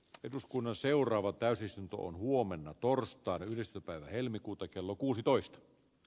eduskunnan seuraava täysistuntoon huomenna torstaina lehdistöpäivä helmikuuta kello kuusitoista b